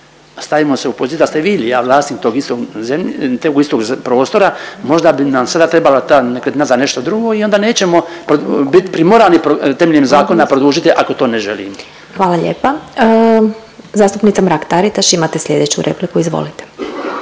ja vlasnik tog istog ze…, tog istog prostora možda bi nam sada trebala ta nekretnina za nešto drugo i onda nećemo bit primorani temeljem zakona produžiti ako to ne želimo. **Glasovac, Sabina (SDP)** Hvala lijepa. Zastupnica Mrak-Taritaš imate slijedeću repliku, izvolite.